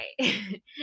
Right